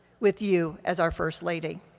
with you as our first lady.